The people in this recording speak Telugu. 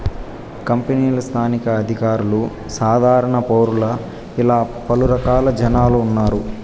కంపెనీలు స్థానిక అధికారులు సాధారణ పౌరులు ఇలా పలు రకాల జనాలు ఉన్నారు